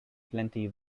plenty